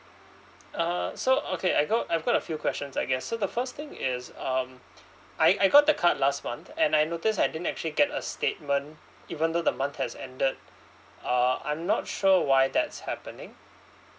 uh so okay I got I've got a few questions I guess so the first thing is um I I got the card last month and I noticed I didn't actually get a statement even though the month has ended uh I'm not sure why that's happening